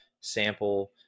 sample